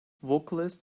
vocalist